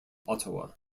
ottawa